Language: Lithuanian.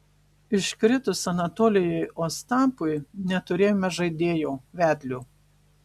iškritus anatolijui ostapui neturėjome žaidėjo vedlio